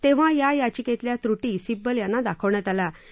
तेव्हा या याचिकेतल्या त्रुटी सिब्बल यांना दाखवण्यात आल्या होत्या